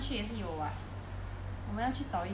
我们要去早一点我们